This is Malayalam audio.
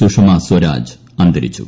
സുഷമ സ്വരാജ് അന്തരിച്ചു